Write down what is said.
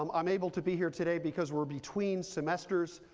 um i'm able to be here today because we're between semesters.